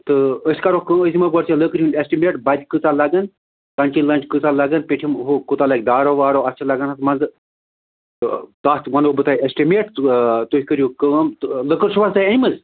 تہٕ أسۍ کرو کٲم أسۍ دِمو گۄڈٕ ژےٚ لٔکرِ ہُنٛد اٮ۪سٹِمیٹ بَجہٕ کۭژاہ لَگن ٹنٛٹی کۭژاہ لَگن پیٚٹھِم ہُہ کوٗتاہ لگہِ داڑَو واڑَو اَتھ چھِ لگان حظ منٛزٕ پَتھ وَنو بہٕ تۄہہِ اٮ۪سٹِمیٹ تُہۍ کٔرِو کٲم تہٕ لٔکٕر چھُوا تۄہہِ أنۍمٕژ